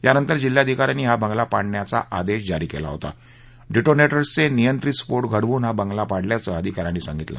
त्यानंतर जिल्हाधिकाऱ्यांनी हा बंगला पाडण्याचा आदेश जारी केला होता डिटोनेटरसचे नियंत्रित स्फोट घडवून हा बंगला पाडल्याचं अधिका यांनी सांगितलं